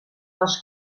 dels